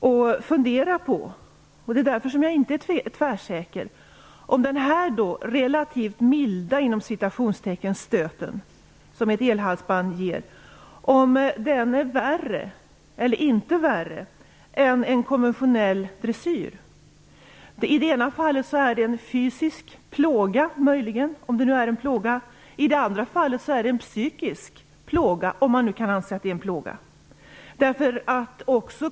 Anledningen till att jag inte är tvärsäker är att jag inte vet om denna relativt "milda" stöt som ett elhalsband ger är värre eller inte än en konventionell dressyr. I det ena fallet är det möjligen fråga om en fysisk pl åga, om det nu är en plåga. I det andra fallet är det fråga om en psykisk plåga, om man nu kan anse att det är en plåga.